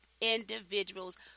individuals